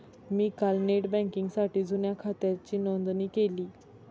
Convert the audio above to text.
मी काल नेट बँकिंगसाठी जुन्या खात्याची नोंदणी केली